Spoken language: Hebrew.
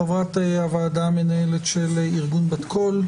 חברת הוועדה המנהלת של ארגון "בת קול",